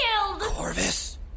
Corvus